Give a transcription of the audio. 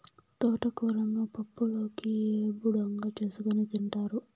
తోటకూరను పప్పులోకి, ఏపుడుగా చేసుకోని తింటారు